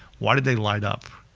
why did they light up?